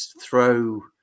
throw